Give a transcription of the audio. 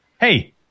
hey